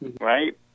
right